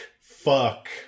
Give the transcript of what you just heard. fuck